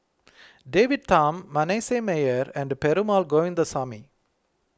David Tham Manasseh Meyer and Perumal Govindaswamy